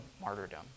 martyrdom